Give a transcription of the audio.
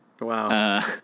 Wow